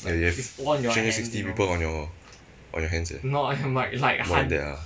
ya ya three hundred sixty people on your on your hands eh around there ah